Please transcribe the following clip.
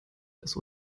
das